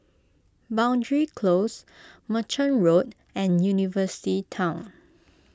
Boundary Close Merchant Road and University Town